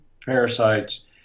parasites